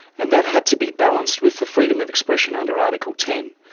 and that had to be balanced with the freedom of expression under article ten.